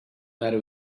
matter